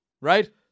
right